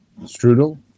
strudel